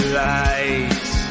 lights